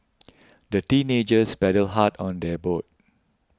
the teenagers paddled hard on their boat